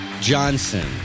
Johnson